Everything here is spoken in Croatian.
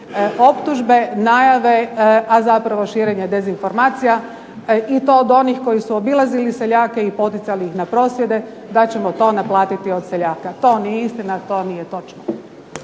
optužbe, najave a zapravo širenje dezinformacija i to od onih koji su obilazili seljake i poticali ih na prosvjede, da ćemo to naplatiti od seljaka. To nije istina, to nije točno.